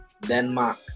Denmark